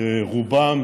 שאת רובם,